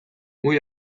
muy